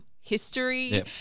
history